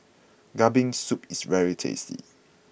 Kambing Soup is very tasty